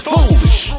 Foolish